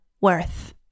worth